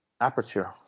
aperture